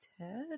Ted